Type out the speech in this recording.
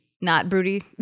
not-broody